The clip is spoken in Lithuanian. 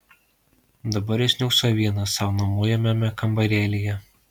dabar jis niūkso vienas sau nuomojamame kambarėlyje